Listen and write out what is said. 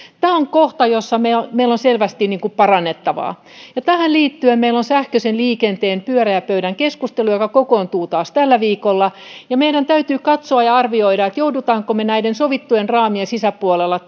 tämä on kohta jossa meillä on selvästi parannettavaa ja tähän liittyen meillä on sähköisen liikenteen pyöreän pöydän keskustelu joka kokoontuu taas tällä viikolla meidän täytyy katsoa ja arvioida joudummeko näiden sovittujen raamien sisäpuolella